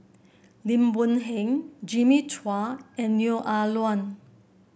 Lim Boon Heng Jimmy Chua and Neo Ah Luan